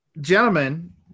Gentlemen